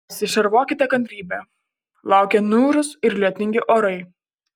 apsišarvuokite kantrybe laukia niūrūs ir lietingi orai